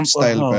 style